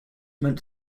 meant